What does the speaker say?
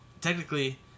technically